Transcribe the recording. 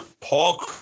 Paul